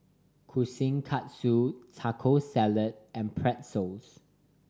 Kushikatsu Taco Salad and Pretzel